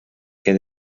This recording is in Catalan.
que